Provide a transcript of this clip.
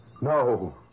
No